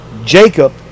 Jacob